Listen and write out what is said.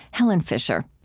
helen fisher.